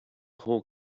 whole